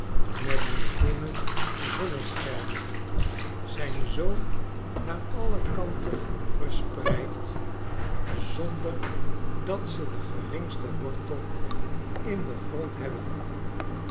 met hun groene zonneschermen zijn zoo naar alle kanten verspreid zonder dat ze den geringsten wortel in den grond hebben